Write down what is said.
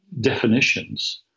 definitions